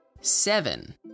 Seven